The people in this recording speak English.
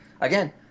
again